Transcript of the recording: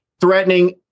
threatening